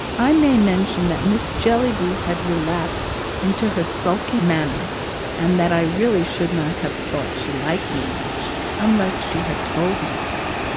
i may mention that miss jellyby had relapsed into her sulky manner and that i really should not have thought she liked me much unless she had told me so.